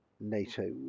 NATO